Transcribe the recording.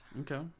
Okay